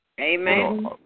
Amen